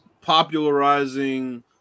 popularizing